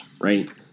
right